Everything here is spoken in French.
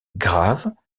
graves